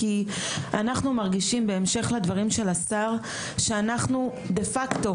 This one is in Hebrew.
כי אנחנו מרגישים בהמשך לדברים של השר שאנחנו דה פקטו,